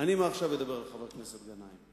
מעכשיו אדבר לחבר הכנסת גנאים.